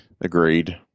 Agreed